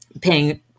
paying